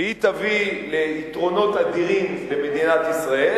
שהיא תביא ליתרונות אדירים למדינת ישראל,